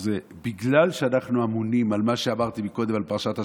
בגלל שאנחנו אמונים על מה שאמרתי קודם על פרשת השבוע,